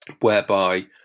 whereby